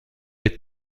est